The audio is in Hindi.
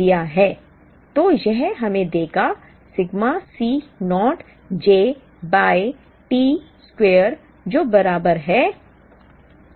तो यह हमें देगा sigma C naught j by T square जो बराबर है